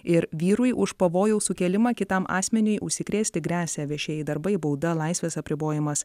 ir vyrui už pavojaus sukėlimą kitam asmeniui užsikrėsti gresia viešieji darbai bauda laisvės apribojimas